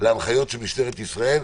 להנחיות של משטרת ישראל.